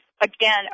again